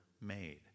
made